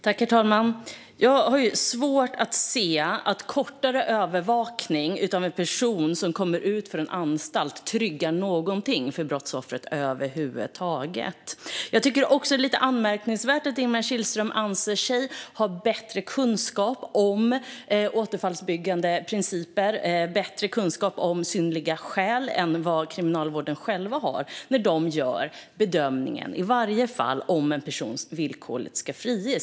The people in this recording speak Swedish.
Herr talman! Jag har svårt att se att kortare övervakning av en person som kommer ut från en anstalt tryggar någonting för brottsoffret över huvud taget. Jag tycker också att det är lite anmärkningsvärt att Ingemar Kihlström anser sig ha bättre kunskap om återfallsförebyggande principer och om synnerliga skäl än vad Kriminalvården själva har när de i varje enskilt fall gör en bedömning om en person ska friges villkorligt.